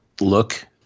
look